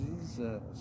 Jesus